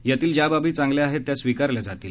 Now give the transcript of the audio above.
यातील ज्या बाबी चांगल्या आहेत त्या स्वीकारल्या जातील